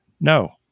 No